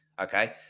Okay